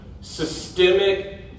systemic